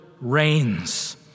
reigns